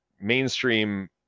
mainstream